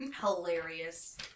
Hilarious